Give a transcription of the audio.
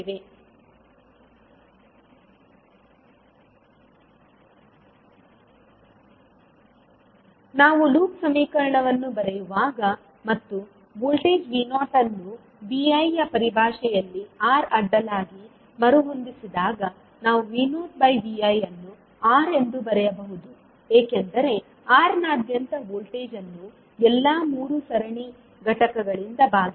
ನೋಡಿ ಸ್ಲೈಡ್ ಸಮಯ 2017 ನಾವು ಲೂಪ್ ಸಮೀಕರಣವನ್ನು ಬರೆಯುವಾಗ ಮತ್ತು ವೋಲ್ಟೇಜ್ V0 ಅನ್ನು Vi ಯ ಪರಿಭಾಷೆಯಲ್ಲಿ R ಅಡ್ಡಲಾಗಿ ಮರುಹೊಂದಿಸಿದಾಗ ನಾವು V0Vi ಅನ್ನು R ಎಂದು ಬರೆಯಬಹುದು ಏಕೆಂದರೆ R ನಾದ್ಯಂತ ವೋಲ್ಟೇಜ್ ಅನ್ನು ಎಲ್ಲಾ 3 ಸರಣಿ ಘಟಕಗಳಿಂದ ಭಾಗಿಸಿ